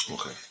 Okay